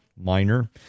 minor